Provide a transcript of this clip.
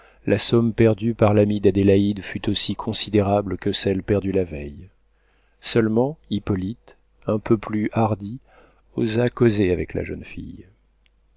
la somme perdue par l'ami d'adélaïde fut aussi considérable que celle perdue la veille seulement hippolyte un peu plus hardi osa causer avec la jeune fille